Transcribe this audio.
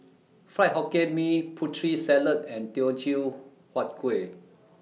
Fried Hokkien Mee Putri Salad and Teochew Huat Kuih